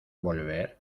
volver